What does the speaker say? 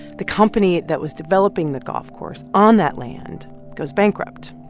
the company that was developing the golf course on that land goes bankrupt.